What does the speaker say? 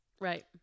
Right